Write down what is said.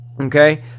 okay